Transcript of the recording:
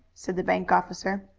said the bank officer.